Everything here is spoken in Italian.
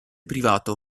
privato